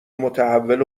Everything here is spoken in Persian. متحول